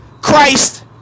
Christ